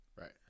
Right